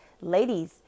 ladies